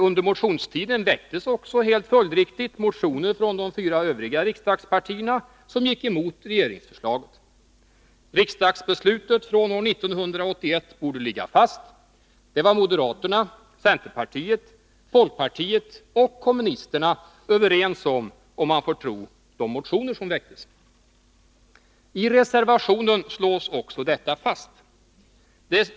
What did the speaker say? Under, motionstiden väcktes också helt följdriktigt från de fyra övriga riksdagspartierna motioner som gick emot regeringsförslaget. Riksdagsbeslutet från år 1981 borde ligga fast. Det var moderaterna, centerpartiet, folkpartiet och kommunisterna överens om, om man får tro de motioner som väcktes. I reservationen slås också detta fast.